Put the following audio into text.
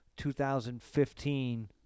2015